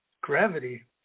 gravity